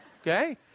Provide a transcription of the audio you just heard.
Okay